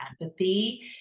empathy